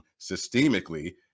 systemically